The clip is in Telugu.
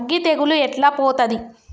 అగ్గి తెగులు ఎట్లా పోతది?